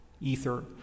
Ether